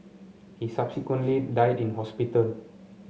he subsequently died in hospital